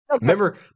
remember